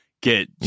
get